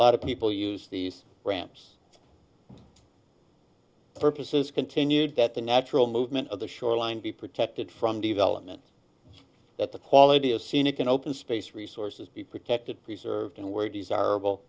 lot of people use these ramps purposes continued that the natural movement of the shoreline be protected from development that the quality of scenic and open space resources be protected preserved and were desirable